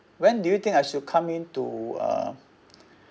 when do you think I should come in to uh